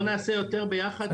בוא נעשה יותר ביחד.